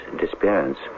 disappearance